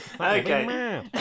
Okay